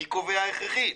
מי קובע הכרחית?